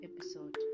episode